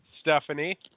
Stephanie